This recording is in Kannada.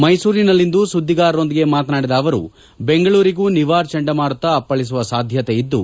ಮೈಸೂರಿನಲ್ಲಿಂದು ಸುದ್ದಿಗಾರರೊಂದಿಗೆ ಮಾತನಾಡಿದ ಅವರು ಬೆಂಗಳೂರಿಗೂ ನಿವಾರ್ ಚಂಡಮಾರುತ ಅಪ್ಪಳಿಸುವ ಸಾಧ್ಯತೆ ಇದ್ದು